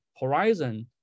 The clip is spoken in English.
horizon